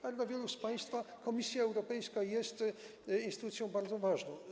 ale dla wielu z państwa Komisja Europejska jest instytucją bardzo ważną.